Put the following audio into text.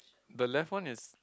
the left one is